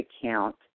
account